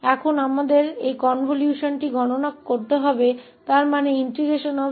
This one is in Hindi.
तो हमें अब इस कनवल्शन की गणना करनी होगी